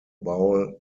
bowl